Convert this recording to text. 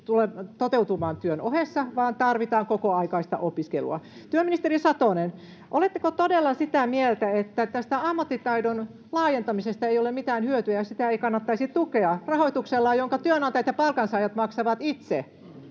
toteutumaan työn ohessa vaan tarvitaan kokoaikaista opiskelua. Työministeri Satonen, oletteko todella sitä mieltä, että tästä ammattitaidon laajentamisesta ei ole mitään hyötyä ja sitä ei kannattaisi tukea rahoituksella, jonka työnantajat ja palkansaajat maksavat itse?